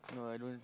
no I don't